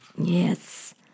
yes